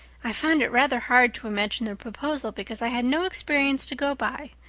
i found it rather hard to imagine the proposal because i had no experience to go by.